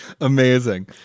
Amazing